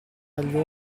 agli